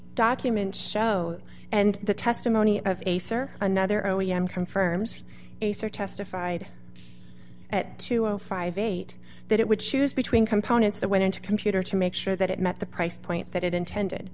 documents show and the testimony of acer another o e m confirms acer testified at two o fifty eight dollars that it would choose between components that went into a computer to make sure that it met the price point that it intended